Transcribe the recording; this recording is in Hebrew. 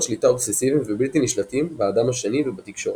שליטה אובססיביים ובלתי נשלטים באדם השני ובתקשורת.